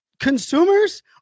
consumers